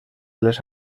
les